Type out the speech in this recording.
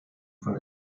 von